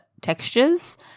textures